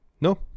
no